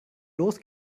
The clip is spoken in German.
los